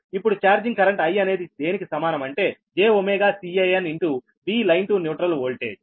ఇప్పుడు charging current I అనేది దేనికి సమానం అంటే jωCanVline to neutral ఓల్టేజ్